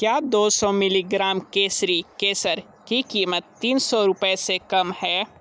क्या दो सौ मिलीग्राम केसरी केसर की कीमत तीन सौ रुपये से कम है